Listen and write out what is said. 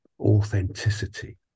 authenticity